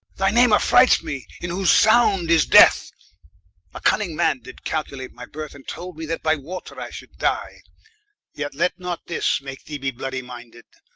thy name affrights me, in whose sound is death a cunning man did calculate my birth, and told me that by water i should dye yet let not this make thee be bloody-minded,